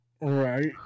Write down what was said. Right